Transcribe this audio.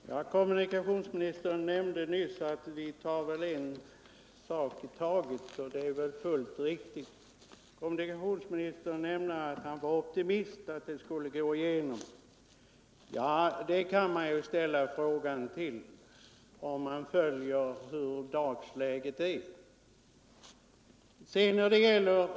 Fru talman! Kommunikationsministern sade att vi tar väl en sak i taget, och det är fullt riktigt. Kommunikationsministern sade också att han var optimist och trodde att avtalet skulle gå igenom. Ja, det kan man ställa sig frågande till om man ser efter hur dagsläget är.